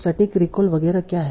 सटीक रिकॉल वगैरह क्या है